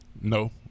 No